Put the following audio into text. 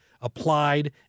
applied